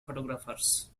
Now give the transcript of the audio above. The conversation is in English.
photographers